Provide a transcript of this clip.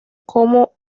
como